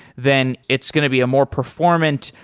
then it's going to be a more performant,